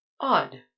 Odd